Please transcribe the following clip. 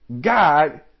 God